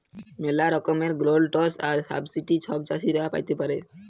ম্যালা রকমের গ্র্যালটস আর সাবসিডি ছব চাষীরা পাতে পারে